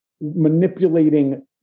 manipulating